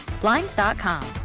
blinds.com